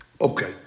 Okay